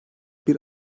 bir